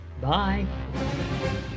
Bye